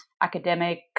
academic